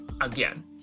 again